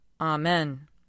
Amen